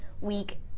Week